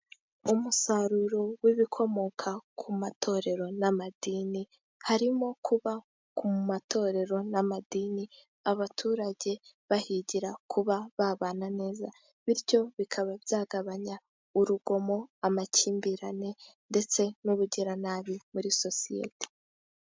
Umusaruro w'ibikomoka ku matorero n'amadini harimo kuba mu matorero n'amadini abaturage bahigira kuba babana neza; bityo bikaba byagabanya urugomo amakimbirane ndetse n'ubugiranabi muri sosiyete.